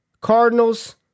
Cardinals